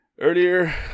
Earlier